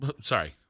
sorry